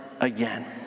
again